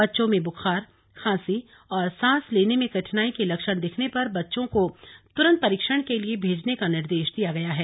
बच्चों में बुखार खांसी और सांस लेने में कठिनाई के लक्षण दिखने पर बच्चे को तुरन्त परीक्षण के लिए भेजने का निर्देश दिया गया है